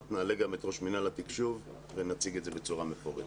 נעלה את ראש מינהל התקשוב ונציג את זה בצורה מפורטת.